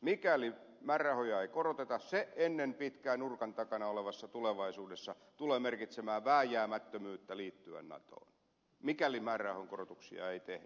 mikäli määrärahoja ei koroteta se ennen pitkää nurkan takana olevassa tulevaisuudessa tulee merkitsemään vääjäämättömyyttä liittyen natoon mikäli määrärahan korotuksia ei tehdä